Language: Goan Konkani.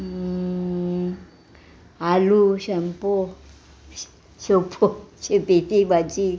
आलू शँपो शोपो शेपेची भाजी